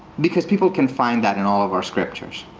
because people can find that in all of our scriptures.